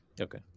Okay